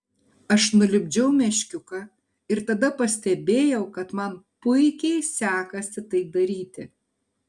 aš nulipdžiau meškiuką ir tada pastebėjau kad man puikiai sekasi tai daryti